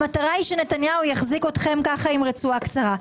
המטרה היא שנתניהו יחזיק אתכם ככה עם רצועה קצרה.